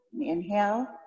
inhale